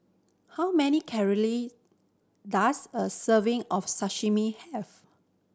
how many calorie does a serving of Sashimi have